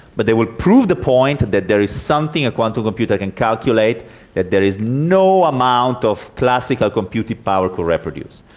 but they will prove the point that there is something a quantum computer can calculate that there is no amount of classical computing power could reproduce.